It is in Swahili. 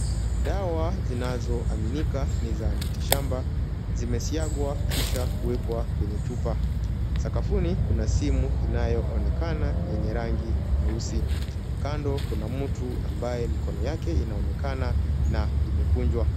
Dawa zinazoaminika ni za miti shamba zimesiagwa kisha kuwekwa kwenye chupa. Sakafuni kuna simu inayoonekana yenye rangi nyeusi. Kando kuna mtu ambaye mikono yake inaonekana imekunjwa.